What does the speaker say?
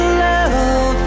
love